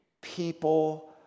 people